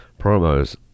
promos